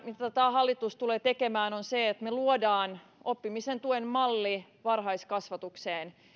mitä tämä hallitus tulee käytännössä tekemään niin me luomme oppimisen tuen mallin varhaiskasvatukseen